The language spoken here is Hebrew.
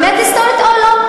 אמת היסטורית או לא?